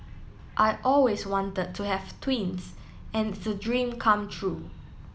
I always wanted to have twins and it's a dream come true